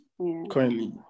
currently